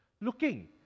looking